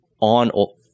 on